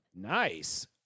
Nice